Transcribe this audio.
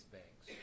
banks